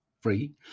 free